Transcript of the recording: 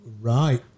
Right